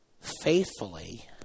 faithfully